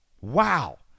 Wow